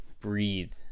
breathe